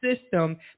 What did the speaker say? system